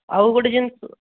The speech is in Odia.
ଆଉ ଗୋଟେ ଜିନିଷ